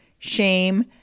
shame